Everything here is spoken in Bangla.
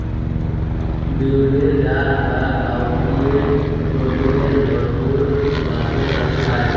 বিউলির ডাল বা কাউপিএ প্রটিলের ভরপুর ভাতের সাথে খায়